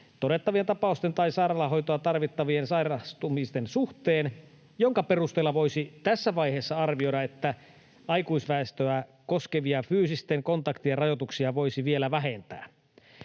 todettavien tapausten tai sairaalahoitoa tarvitsevien sairastumisten suhteen sellaiseen selvään ja riittävään laskuun, jonka perusteella voisi vielä tässä vaiheessa arvioida, että aikuisväestöä koskevia fyysisten kontaktien rajoituksia voisi vähentää.